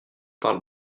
parle